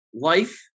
life